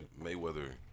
Mayweather